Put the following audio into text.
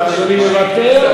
אדוני מוותר?